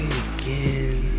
again